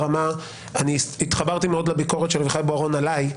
אני התחברתי מאוד לביקורת של אביחי בוארון עליי,